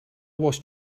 was